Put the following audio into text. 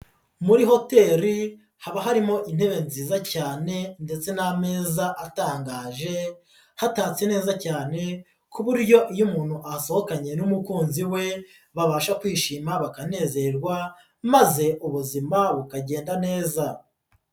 Muri hoteli haba harimo intebe nziza cyane ndetse n'ameza atangaje hatatse neza cyane ku buryo iyo umuntu ahasohokanye n'umukunzi we babasha kwishima bakanezerwa maze ubuzima bukagenda neza.